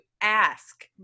ask